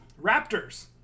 Raptors